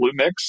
Bluemix